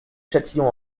châtillon